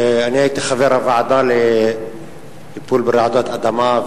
אני הייתי חבר הוועדה לטיפול ברעידות אדמה,